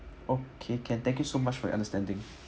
okay can thank you so much for your understanding